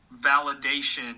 validation